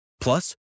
Plus